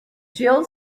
jill